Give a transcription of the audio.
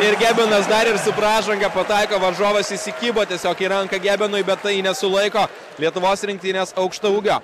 ir gebenas dar ir su pražanga pataiko varžovas įsikibo tiesiog į ranką gebenui bet tai nesulaiko lietuvos rinktinės aukštaūgio